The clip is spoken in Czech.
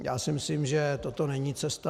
Já si myslím, že toto není cesta.